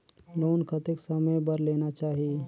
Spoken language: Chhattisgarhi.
लोन कतेक समय बर लेना चाही?